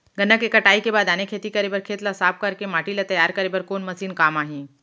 गन्ना के कटाई के बाद आने खेती बर खेत ला साफ कर के माटी ला तैयार करे बर कोन मशीन काम आही?